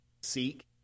seek